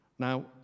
Now